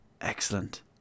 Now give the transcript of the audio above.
Excellent